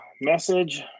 message